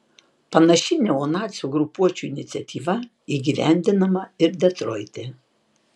panaši neonacių grupuočių iniciatyva įgyvendinama ir detroite